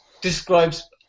describes